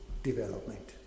development